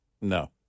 No